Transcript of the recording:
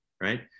right